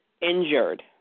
injured